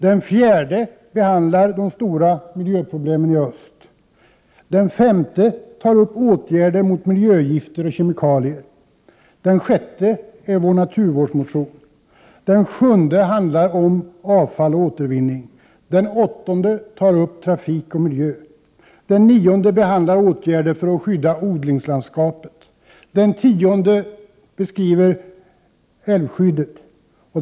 Den fjärde behandlar de stora miljöproblemen i öst. Den femte rör åtgärder mot miljögifter och kemikalier. Den sjätte är vår naturvårdsmotion. Den sjunde handlar om avfall och återvinning. Den åttonde gäller trafik och miljö. Den nionde behandlar åtgärder för att skydda odlingslandskapet. Den tionde beskriver älvskyddet.